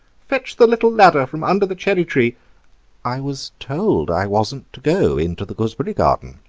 fetch the little ladder from under the cherry tree i was told i wasn't to go into the gooseberry garden,